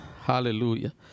hallelujah